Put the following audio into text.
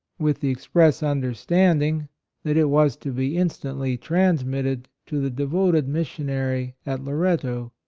with the express understanding that it was to be instantly transmitted to the devoted missionary at loretto,